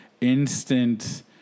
instant